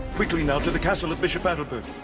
quickly now, to the castle of bishop adalbert!